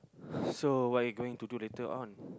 so what you going to do later on